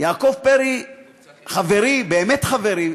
יעקב פרי חברי, באמת חברי,